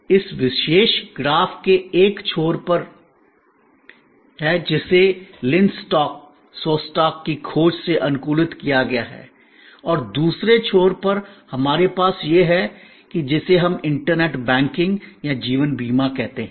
इस विशेष ग्राफ के एक छोर पर है जिसे लिन शॉस्टैक के खोज से अनुकूलित किया गया है और दूसरे छोर पर हमारे पास यह है जिसे हम इंटरनेट बैंकिंग या जीवन बीमा कहते है